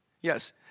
Yes